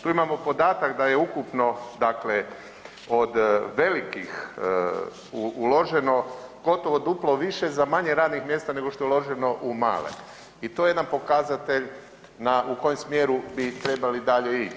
Tu imamo podatak da je ukupno od velikih uloženo gotovo duplo više za manje radnih mjesta nego što je uloženo u male i to je jedan pokazatelj u kojem smjeru bi trebali dalje ići.